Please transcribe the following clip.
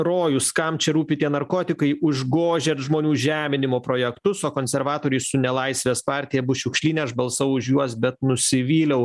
rojus kam čia rūpi tie narkotikai užgožiat žmonių žeminimo projektus o konservatoriai su nelaisvės partija bus šiukšlyne aš balsavau už juos bet nusivyliau